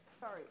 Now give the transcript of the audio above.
Sorry